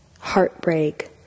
heartbreak